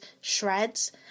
Shreds